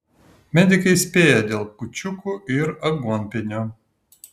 medikai įspėja dėl kūčiukų ir aguonpienio